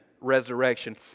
resurrection